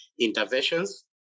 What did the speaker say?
interventions